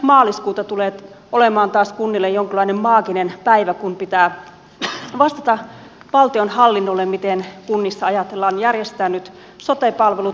maaliskuuta tulee olemaan taas kunnille jonkinlainen maaginen päivä kun pitää vastata valtionhallinnolle miten kunnissa ajatellaan järjestää nyt sote palvelut